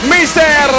Mister